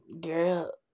girl